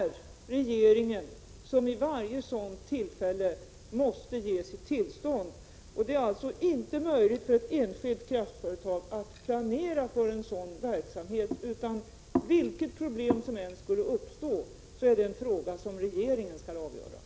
Regeringen måste vid varje tillfälle ge sitt tillstånd, och det är alltså inte möjligt för ett enskilt kraftföretag att planera för en sådan verksamhet. Vilket problem som än skulle uppstå, är det en fråga som regeringen skall avgöra.